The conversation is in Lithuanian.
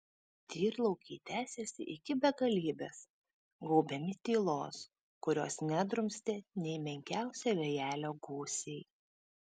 tyrlaukiai tęsėsi iki begalybės gaubiami tylos kurios nedrumstė nė menkiausio vėjelio gūsiai